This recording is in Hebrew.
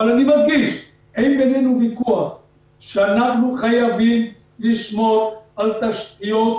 אני מדגיש, שאנחנו חייבים לשמור על תשתיות